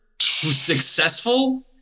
successful